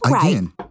Again